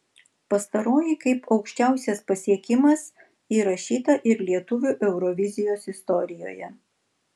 pastaroji kaip aukščiausias pasiekimas įrašyta ir lietuvių eurovizijos istorijoje